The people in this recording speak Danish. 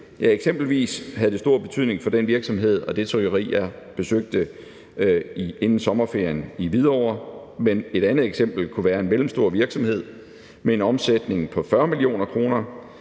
Eksempelvis havde det stor betydning for det trykkeri i Hvidovre, som jeg besøgte inden sommerferien. Et andet eksempel kunne være en mellemstor virksomhed med en omsætning på 40 mio. kr.,